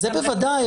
זה בוודאי.